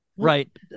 Right